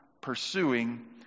pursuing